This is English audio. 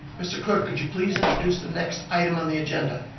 mr. clerk, could you please introduce the next item on the agenda?